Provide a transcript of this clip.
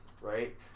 Right